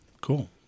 cool